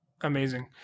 Amazing